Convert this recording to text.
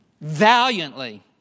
valiantly